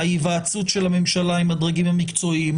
ההיוועצות של הממשלה עם הדרגים המקצועיים,